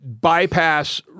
bypass